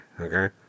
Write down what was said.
okay